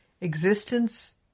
existence